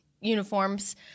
uniforms